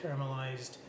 caramelized